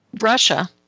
Russia